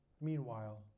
Meanwhile